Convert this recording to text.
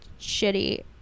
shitty